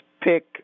pick